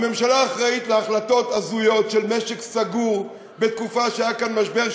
הממשלה אחראית להחלטות הזויות של משק סגור בתקופה שהיה כאן משבר,